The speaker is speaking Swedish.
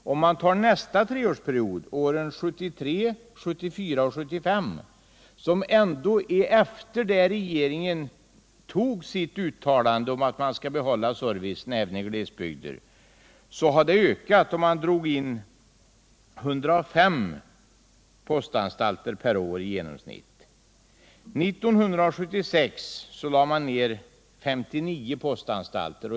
Nästa treårsperiod, åren 1973, 1974 och 1975, som ändå ligger efter det att regeringen gjorde sitt uttalande om att man skall behålla servicen även i glesbygder, ökade antalet indragningar och man lade ned i genomsnitt 105 postanstalter per år. 1976 drog man in 59 postanstalter.